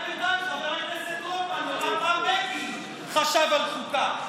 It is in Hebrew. חבר הכנסת רוטמן, מה בגין חשב על חוקה?